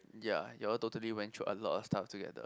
ya you all totally went through a lot of stuff together